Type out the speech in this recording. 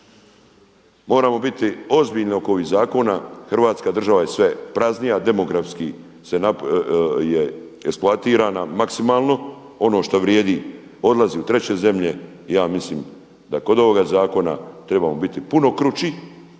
Moramo biti ozbiljni oko ovih zakona, Hrvatska država je sve praznija, demografski je eksploatirana maksimalno, ono što vrijedi odlazi u treće zemlje i ja mislim da kod ovoga zakona trebamo biti puno krući,